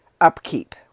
upkeep